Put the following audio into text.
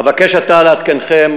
אבקש עתה לעדכנכם,